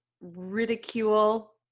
ridicule